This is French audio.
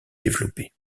développée